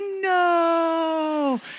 no